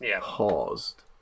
paused